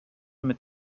mit